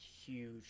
huge